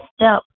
step